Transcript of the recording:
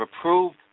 approved